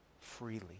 freely